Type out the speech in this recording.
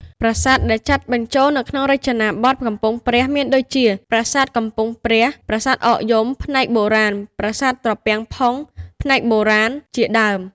ប្រាសាទដែលចាត់បញ្ចូលនៅក្នុងរចនាប័ទ្មកំពង់ព្រះ មានដូចជាប្រាសាទកំពង់ព្រះ ប្រាសាទអកយំ ផ្នែកបុរាណ ប្រាសាទត្រពាំងផុង ផ្នែកបុរាណ ជាដើម។